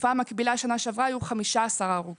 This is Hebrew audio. בתקופה המקבילה שנה שעברה היו 15 הרוגים.